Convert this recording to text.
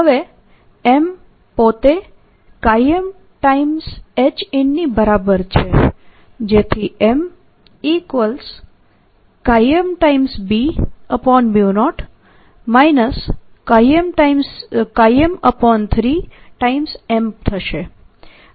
હવે M પોતે M Hin ની બરાબર છે જેથી MMB0 M3M થશે